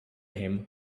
him